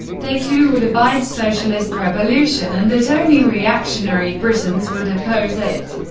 they too would abide socialist revolution and that only reactionary britons would oppose it,